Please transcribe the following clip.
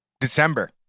december